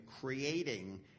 creating